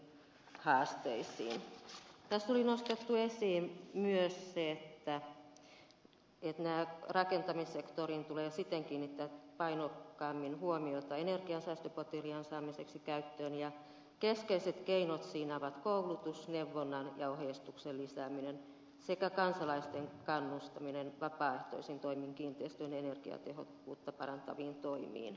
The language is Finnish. tässä oli nostettu esiin myös se että rakentamissektoriin tulee kiinnittää painokkaammin huomiota energiansäästöpotentiaalin saamiseksi käyttöön ja keskeiset keinot siinä ovat koulutus neuvonnan ja ohjeistuksen lisääminen sekä kansalaisten kannustaminen vapaaehtoisin toimin kiinteistöjen energiatehokkuutta parantaviin toimiin